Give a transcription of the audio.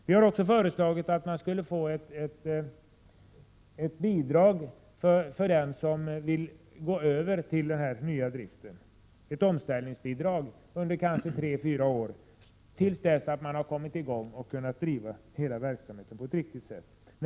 Vi har också föreslagit att ett bidrag skulle ges till den som vill gå över till den nya driften — ett omställningsbidrag under tre fyra år, till dess att man har kommit i gång och kan driva hela verksamheten på ett riktigt sätt.